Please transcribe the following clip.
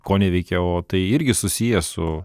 koneveikia o tai irgi susiję su